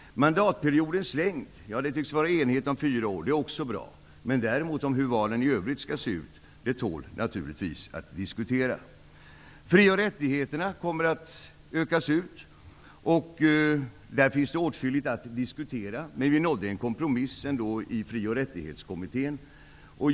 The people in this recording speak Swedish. Det tycks vara enighet om att mandatperioden skall vara fyra år. Det är också bra. Hur valen i övrigt skall se ut tål naturligtvis att diskuteras. Fri och rättigheterna kommer att utökas. Det finns åtskilligt att diskutera. I Fri och rättighetskommittén nådde vi ändock en kompromiss.